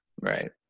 Right